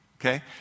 okay